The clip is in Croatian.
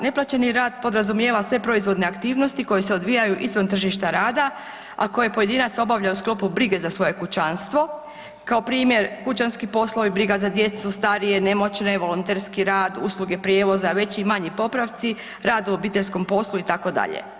Neplaćeni rad podrazumijeva sve proizvodne aktivnosti koje se odvijaju izvan tržišta rada, a koje pojedina obavlja u sklopu brige za svoje kućanstvo, kao primjer kućanski poslovi, briga za djecu, starije, nemoćne, volonterski rad, usluge prijevoza, veći manji popravci, rad u obiteljskom poslu itd.